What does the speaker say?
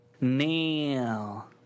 nail